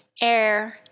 air